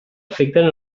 afecten